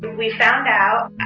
we found out